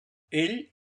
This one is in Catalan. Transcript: ell